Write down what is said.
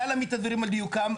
נא להעמיד את הדברים על דיוקם.